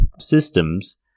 systems